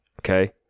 Okay